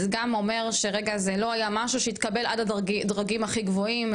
זה גם אומר שזה לא היה משהו שהתקבל עד הדרגים הכי גבוהים,